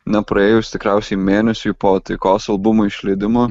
nepraėjus tikriausiai mėnesiui po taikos albumo išleidimo